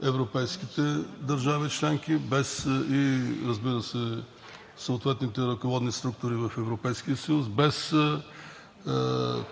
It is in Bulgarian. на европейските държави членки, без, разбира се, и съответните ръководни структури в Европейския съюз, без